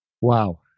Wow